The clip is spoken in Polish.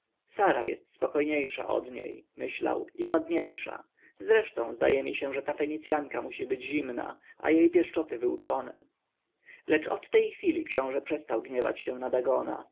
sara jest spokojniejsza od niej myślał i ładniejsza zresztą zdaje mi się że ta fenicjanka musi być zimna a jej pieszczoty wyuczone lecz od tej chwili książę przestał gniewać się na dagona